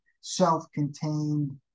self-contained